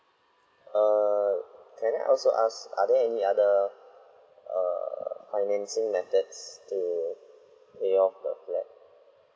err can I also ask are there any other err financing methods to pay off the flat